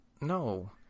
No